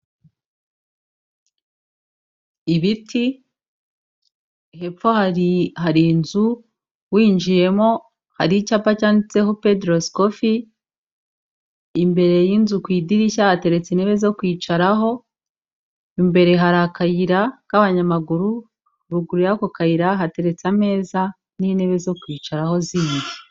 Ibiti, hepfo hari hari inzu winjiyemo hari icyapa cyanditseho "Pedro's coffee", imbere y'inzu ku idirishya hateretse intebe zo kwicaraho, imbere hari akayira k'abanyamaguru, ruguru y'ako kayira hateretse ameza n'intebe zo kwicaraho zindi.